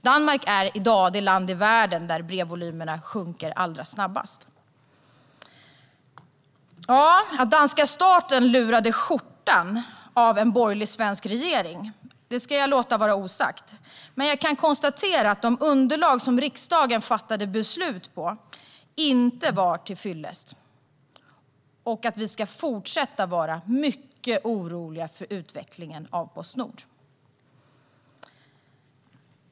Danmark är i dag det land i världen där brevvolymerna sjunker allra snabbast. Att danska staten lurade skjortan av en borgerlig svensk regering ska jag låta vara osagt, men jag kan konstatera att de underlag som riksdagen fattade beslut på inte var tillfyllest och att vi ska fortsätta att vara mycket oroliga över utvecklingen av Postnord.